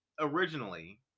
originally